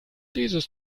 dieses